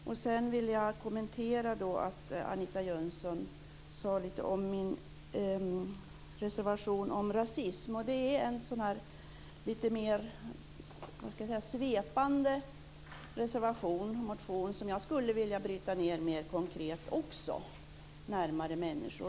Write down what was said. Jag vill också kommentera det som Anita Jönsson sade om min reservation om rasism. Det gäller en lite svepande reservation och en motion som jag skulle vilja bryta ned till något mer konkret närmare människor.